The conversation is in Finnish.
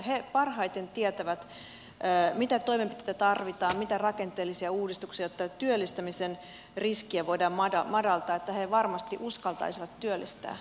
he parhaiten tietävät mitä toimenpiteitä tarvitaan mitä rakenteellisia uudistuksia jotta työllistämisen riskiä voidaan madaltaa että he varmasti uskaltaisi vat työllistää enemmän